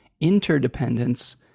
interdependence